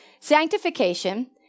sanctification